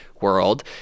world